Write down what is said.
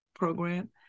program